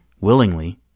willingly